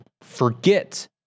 forget